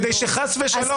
כדי שחס ושלום לא תהיה הסכמה.